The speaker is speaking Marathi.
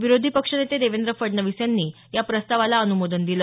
विरोधी पक्षनेते देवेंद्र फडणवीस यांनी या प्रस्तावाला अनुमोदन दिलं